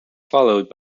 followed